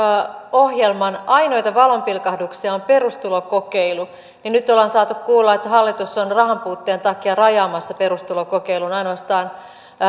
ohjelman ainoita valonpilkahduksia on perustulokokeilu niin nyt ollaan saatu kuulla että hallitus on rahanpuutteen takia rajaamassa perustulokokeilun ainoastaan